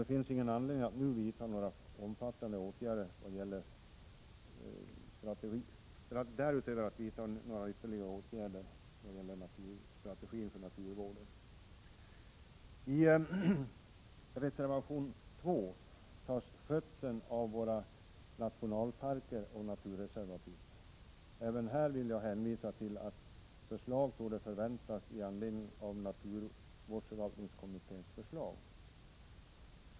Det finns därför ingen anledning att nu vidta några omfattande åtgärder vad gäller strategin för naturvården. I reservation nr 2 tas skötseln av våra nationalparker och naturreservat upp. Även här vill jag hänvisa till att förslag torde kunna förväntas i anledning av naturvårdsförvaltningskommitténs förslag.